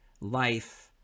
life